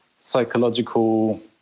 psychological